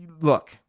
Look